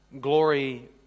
Glory